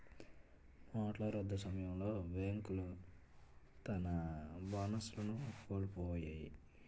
నోట్ల రద్దు సమయంలో బేంకులు తన బోనస్లను కోలుపొయ్యాయి